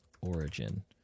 origin